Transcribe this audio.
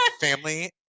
family